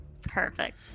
perfect